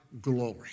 glory